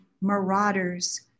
marauders